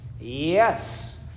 Yes